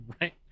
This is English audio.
Right